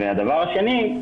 הדבר השני,